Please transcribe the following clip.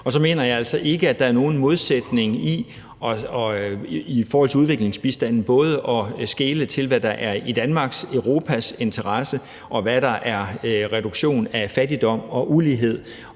jeg altså ikke, at der er nogen modsætning i forhold til udviklingsbistanden ved både at skele til, hvad der er i Danmarks, Europas interesse, og hvad der er reduktion af fattigdom og ulighed